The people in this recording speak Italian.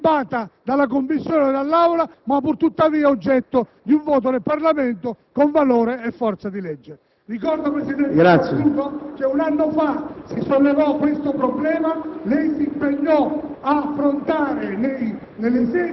mai delibata dalla Commissione e dall'Aula, ma pur tuttavia oggetto di un voto del Parlamento con valore e forza di legge. Ricordo, Presidente, che un anno fa si sollevò questo problema; lei si impegnò ad affrontarlo